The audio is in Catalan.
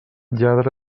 lladre